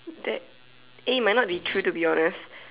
that eh may not be true to be honest